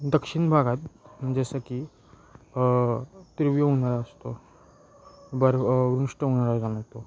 दक्षिण भागात जसं की तीव्र उन्हाळा असतो बर् वृष्ट उन्हाळा जाणवतो